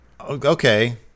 Okay